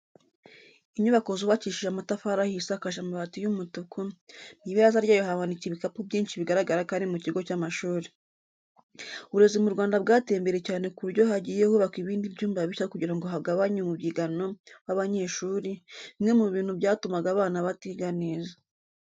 Inyubako zubakishije amatafari ahiye isakaje amabati y'umutuku, mu ibaraza ryayo hamanitse ibikapu byinshi bigaragara ko ari mu kigo cy'amashuri. Uburezi mu Rwanda bwateye imbere cyane ku buryo hagiye hubakwa ibindi byumba bishya kugira ngo bagabanye umubyigano w'abanyeshuiri, bimwe mu bintu byatumaga abana batiga neza.